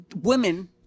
women